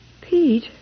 Pete